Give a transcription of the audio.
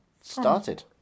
started